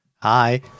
Hi